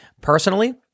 Personally